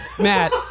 Matt